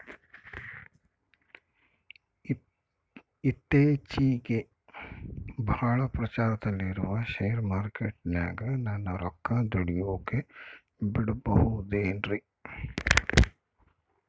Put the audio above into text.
ಇತ್ತೇಚಿಗೆ ಬಹಳ ಪ್ರಚಾರದಲ್ಲಿರೋ ಶೇರ್ ಮಾರ್ಕೇಟಿನಾಗ ನನ್ನ ರೊಕ್ಕ ದುಡಿಯೋಕೆ ಬಿಡುಬಹುದೇನ್ರಿ?